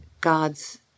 God's